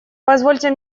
позвольте